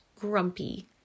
grumpy